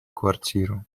квартиру